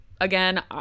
again